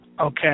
okay